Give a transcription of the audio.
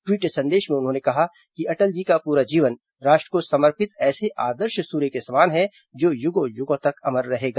tweet संदेश में उन्होंने कहा कि अटल जी का पूरा जीवन राष्ट्र को समर्पित ऐसे आदर्श सूर्य के समान है जो युगों युगों तक अमर रहेगा